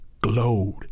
glowed